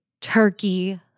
Turkey